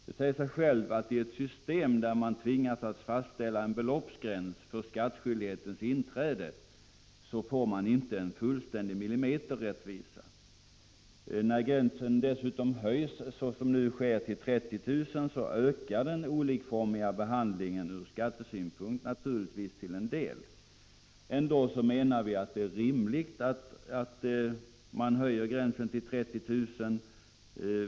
Det säger sig självt att man i ett system där man tvingas fastställa en beloppsgräns för skattskyldighetens inträde inte får millimeterrättvisa. När gränsen dessutom höjs till 30 000 kr., som nu har skett, ökar naturligtvis den olikformiga behandlingen ur skattesynpunkt till en del. Ändå menar vi att det är rimligt att man höjer gränsen till 30 000 kr.